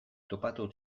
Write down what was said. topatu